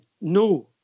no